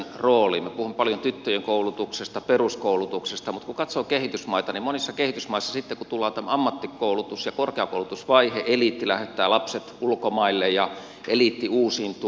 minä puhun paljon tyttöjen koulutuksesta peruskoulutuksesta mutta kun katsoo kehitysmaita niin monissa kehitysmaissa sitten kun tullaan tähän ammattikoulutus ja korkeakoulutusvaiheeseen eliitti lähettää lapset ulkomaille ja eliitti uusiutuu